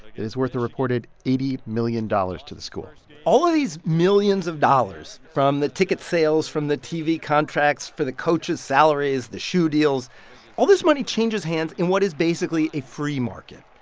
it is worth a reported eighty million dollars to the school all of these millions of dollars, from the ticket sales, from the tv contracts, for the coaches' salaries, the shoe deals all this money changes hands in what is basically a free market.